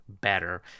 better